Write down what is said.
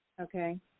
Okay